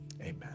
amen